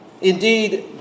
Indeed